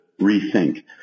rethink